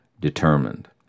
determined